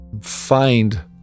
find